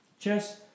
Chess